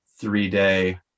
three-day